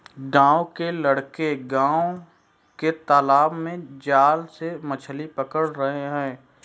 गांव के लड़के गांव के तालाब में जाल से मछली पकड़ रहे हैं